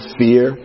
fear